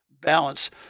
balance